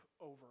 over